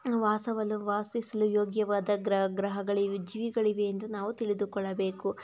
ವಾಸವಲ್ಲ ವಾಸಿಸಲು ಯೋಗ್ಯವಾದ ಗ್ರಹ ಗ್ರಹಗಳಿವೆ ಜೀವಿಗಳಿವೆ ಎಂದು ನಾವು ತಿಳಿದುಕೊಳ್ಳಬೇಕು